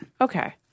Okay